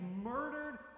murdered